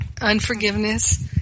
unforgiveness